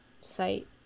site